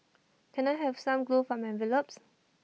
can I have some glue for my envelopes